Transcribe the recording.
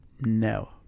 no